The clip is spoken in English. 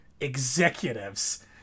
executives